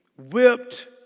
whipped